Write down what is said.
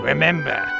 Remember